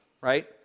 right